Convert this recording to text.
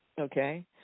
Okay